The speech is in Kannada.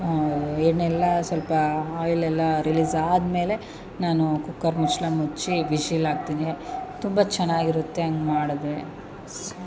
ಎಣ್ಣೆ ಎಲ್ಲ ಸ್ವಲ್ಪ ಆಯಿಲ್ ಎಲ್ಲ ರಿಲೀಸ್ ಆದಮೇಲೆ ನಾನು ಕುಕ್ಕರ್ ಮುಚ್ಚಳ ಮುಚ್ಚಿ ವಿಷಿಲ್ ಹಾಕ್ತೀನಿ ತುಂಬ ಚೆನ್ನಾಗಿರುತ್ತೆ ಹಂಗೆ ಮಾಡಿದ್ರೆ ಸ್